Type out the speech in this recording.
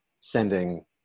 sending